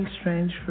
strange